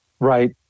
Right